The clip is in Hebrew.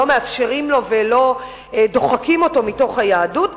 שלא מאפשרים לו ודוחקים אותו מתוך היהדות,